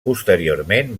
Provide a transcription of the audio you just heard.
posteriorment